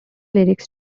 lyrics